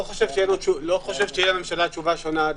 לא חושב שתהיה לממשלה תשובה שונה.